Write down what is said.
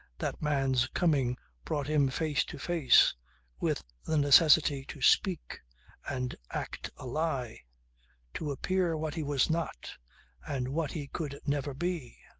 that man's coming brought him face to face with the necessity to speak and act a lie to appear what he was not and what he could never be,